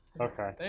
Okay